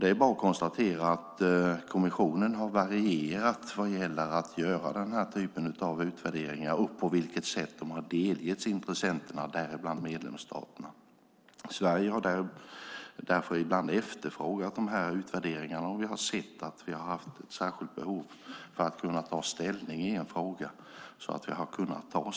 Det är bara att konstatera att kommissionen har varierat vad gäller att göra den här typen av utvärderingar och på vilket sätt de har delgetts intressenterna, däribland medlemsstaterna. Sverige har därför ibland efterfrågat utvärderingarna, om vi har sett att vi har haft ett särskilt behov för att kunna ta ställning i en fråga.